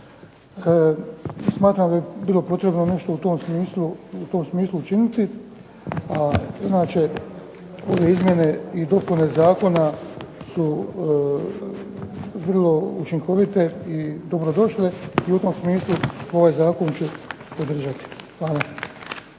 Smatram da bi bilo potrebno nešto u tom smislu učiniti, a inače ove izmjene i dopune zakon su vrlo učinkovite i dobro došle. I u tom smislu ovaj zakon ću podržati. Hvala.